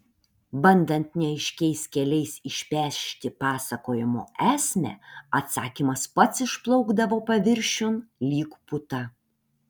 bandant neaiškiais keliais išpešti pasakojimo esmę atsakymas pats išplaukdavo paviršiun lyg puta